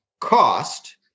Cost